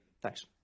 Thanks